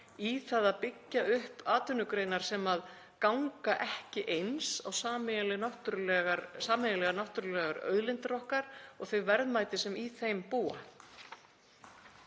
í það að byggja upp atvinnugreinar sem ganga ekki eins á sameiginlegar náttúrulegar auðlindir okkar og þau verðmæti sem í þeim búa.